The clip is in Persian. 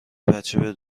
بچه